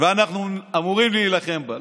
ואנחנו אמורים להילחם בה.